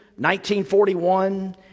1941